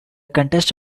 contest